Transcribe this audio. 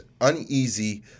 uneasy